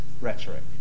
rhetoric